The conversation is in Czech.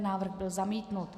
Návrh byl zamítnut.